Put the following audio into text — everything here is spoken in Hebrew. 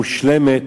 מושלמת,